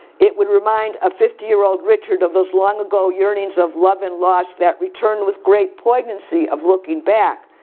it would remind a fifty year old richard of those long ago yearnings of love and loss that returned with great poignancy of looking back.